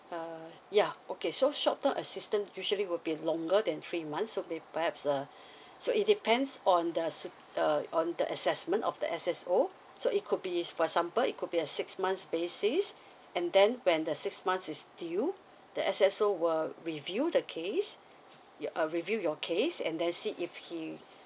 uh yeah okay so short term assistance usually will be longer than three months so it perhaps so it depends on the soup~ on the assessment of the S_S_O so it could be for example it could be a six months basis and then when the six months is due the S_S_O will review the case uh review your case and let see if he